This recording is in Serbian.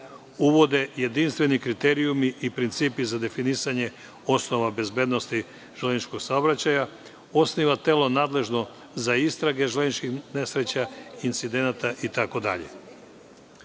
Uvode se jedinstveni kriterijumi i principi za definisanje osnova bezbednosti železničkog saobraćaja, osniva se telo nadležno za istrage železničkih nesreća, incidenata, itd. Sve